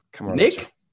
Nick